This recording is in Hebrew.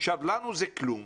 עכשיו לנו זה כלום,